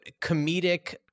comedic